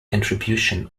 contribution